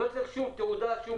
לא צריך שום תעודה, שום